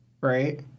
right